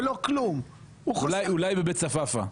אולי בבית צפפא.